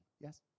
yes